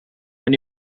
mijn